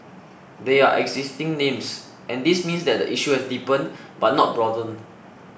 they are existing names and this means that the issue has deepened but not broadened